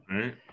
Right